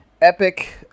epic